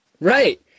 Right